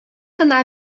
кына